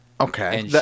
Okay